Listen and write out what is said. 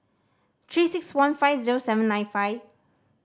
Three Six One five zero seven nine five